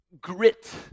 grit